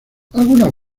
algunas